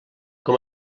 com